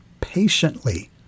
patiently